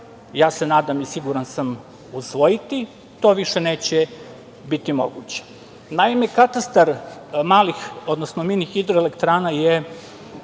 ćemo, nadam se i siguran sam, usvojiti to više neće biti moguće. Naime, Katastar malih, odnosno mini hidroelektrana je